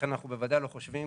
לכן אנחנו בוודאי לא חושבים